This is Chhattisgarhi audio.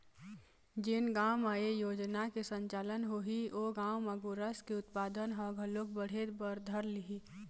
जेन गाँव म ए योजना के संचालन होही ओ गाँव म गोरस के उत्पादन ह घलोक बढ़े बर धर लिही